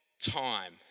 time